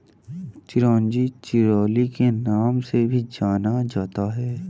चिरोंजी चिरोली के नाम से भी जाना जाता है